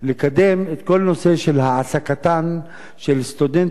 לקדם את כל הנושא של העסקתן של סטודנטיות